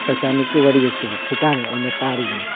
ꯇꯩꯇꯥꯅꯤꯛꯀꯤ ꯋꯥꯔꯤ ꯑꯁꯤꯕꯨ ꯈꯣꯏꯗꯥꯅ ꯑꯩꯅ ꯇꯥꯔꯤꯕꯅꯤ